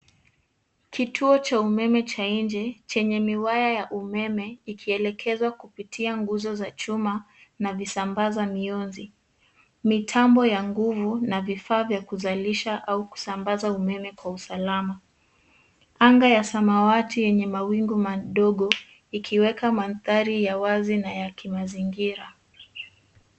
Kituo cha umeme cha nje, chenye miwaya ya umeme ikielekezwa kupitia nguzo za chuma na visambaza miyozi. Mitambo ya nguvu na vifaa vya kuzalisha au kusambaza umeme kwa usalama. Anga ya samawati yenye mawingu madogo, ikiweka mandhari ya wazi na ya kimazingira.